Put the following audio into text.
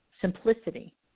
simplicity